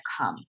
come